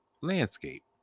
Landscape